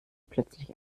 plötzlich